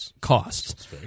costs